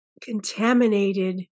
contaminated